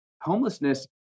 Homelessness